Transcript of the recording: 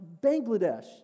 Bangladesh